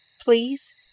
please